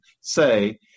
say